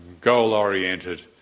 goal-oriented